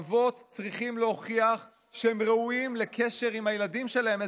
אבות צריכים להוכיח שהם ראויים לקשר עם הילדים שלהם.